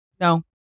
No